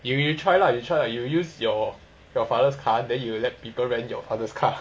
you you try lah you try you use your your father's car then you let people rent your father's car